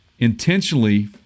intentionally